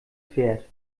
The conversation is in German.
pferd